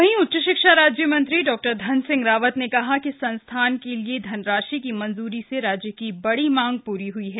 वहीं उच्च शिक्षा राज्य मंत्री डा धन सिंह रावत ने कहा कि संस्थान के लिये धनराशि की मंजूरी से राज्य की बड़ी मांग पूरी हुई है